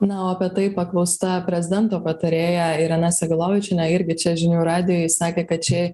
na o apie tai paklausta prezidento patarėja irena segalovičienė irgi čia žinių radijui sakė kad čia